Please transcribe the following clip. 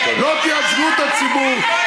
לא תייצגו את הציבור,